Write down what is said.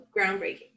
groundbreaking